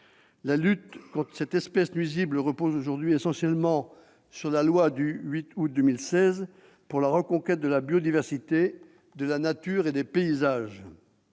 La lutte contre cette espèce nuisible repose aujourd'hui essentiellement sur la loi du 8 août 2016 pour la reconquête de la biodiversité, de la nature et des paysages.